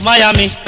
Miami